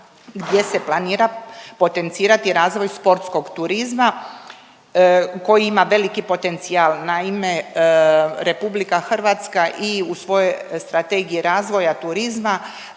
gdje se planira potencirati razvoj sportskog turizma koji ima veliki potencijal. Naime, RH i u svojoj Strategiji razvoja turizma